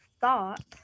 thought